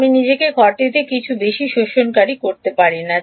আমি নিজের ঘরটিকে কিছুটা বেশি absorber করতে পারি না